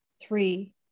three